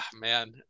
Man